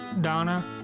Donna